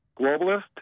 globalist